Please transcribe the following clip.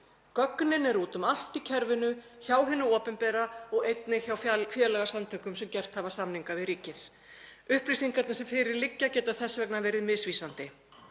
Gögnin eru úti um allt í kerfinu; hjá hinu opinbera og einnig hjá félagasamtökum sem gert hafa samninga við ríkið. Upplýsingarnar sem fyrir liggja geta þess vegna verið misvísandi.